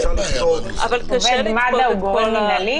אבל קשה לצפות את כל האפשרויות.